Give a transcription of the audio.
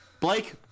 Blake